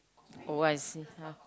oh I see